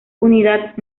unidad